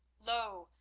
lo!